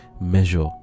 measure